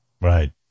Right